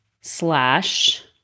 slash